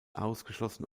ausgeschlossen